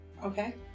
Okay